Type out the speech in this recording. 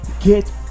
get